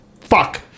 Fuck